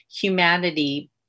humanity